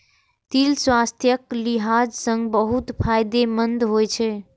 तिल स्वास्थ्यक लिहाज सं बहुत फायदेमंद होइ छै